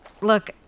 Look